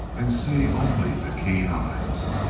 and see only the keen eyes.